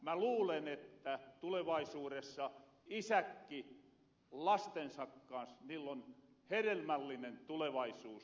mä luulen että tulevaisuuressa isäkki on lastensa kans niillon herelmällinen tulevaisuus